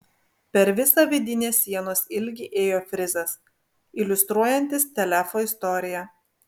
per visą vidinės sienos ilgį ėjo frizas iliustruojantis telefo istoriją